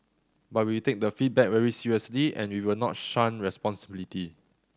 but we take the feedback very seriously and we will not shun responsibility